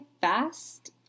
fast